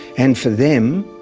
and for them,